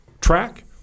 track